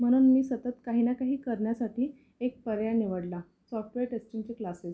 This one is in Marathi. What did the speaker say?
म्हणून मी सतत काही ना काही करण्यासाठी एक पर्याय निवडला सॉफ्टवेअर टेस्टिंगचे क्लासेस